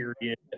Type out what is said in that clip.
period